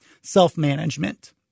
self-management